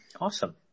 Awesome